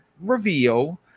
reveal